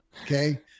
okay